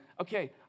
okay